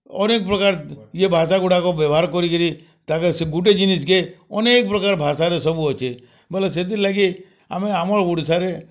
ଅନେକ୍ ପ୍ରକାର୍ ଇଏ ଭାଷାଗୁଡ଼ାକ ବ୍ୟବହାର୍ କରିକିରି ତାକେ ସେ ଗୁଟେ ଜିନିଷକେ ଅନେକ୍ ପ୍ରକାର୍ ଭାଷାରେ ସବୁ ଅଛେ ବଏଲେ ସେଥିର୍ଲାଗି ଆମେ ଆମର୍ ଓଡ଼ିଶାରେ